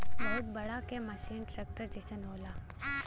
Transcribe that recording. बहुत बड़ा के मसीन ट्रेक्टर जइसन होला